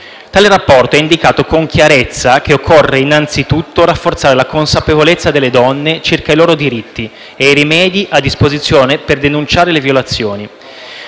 Tale rapporto ha indicato con chiarezza che occorre, innanzitutto, rafforzare la consapevolezza delle donne circa i loro diritti e i rimedi a disposizione per denunciare le violazioni.